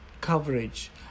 coverage